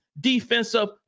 defensive